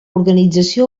organització